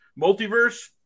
Multiverse